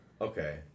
Okay